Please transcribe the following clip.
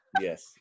Yes